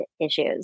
issues